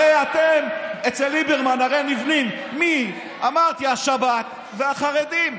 הרי אצל ליברמן אתם נבנים, אמרתי, מהשבת והחרדים.